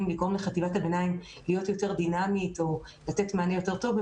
לגרום לחטיבת הביניים להיות יותר דינמית או לתת מענה יותר טוב,